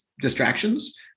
distractions